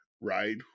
right